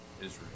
Israel